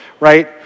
Right